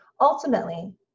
Ultimately